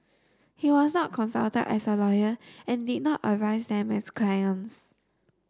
he was not consulted as a lawyer and did not advise them as clients